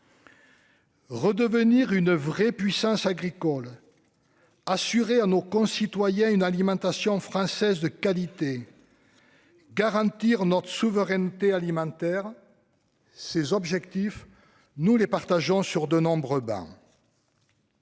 Redevenir une véritable puissance agricole, assurer à nos concitoyens une alimentation française de qualité, garantir notre souveraineté alimentaire : ces objectifs, nous les approuvons sur de nombreuses